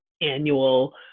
annual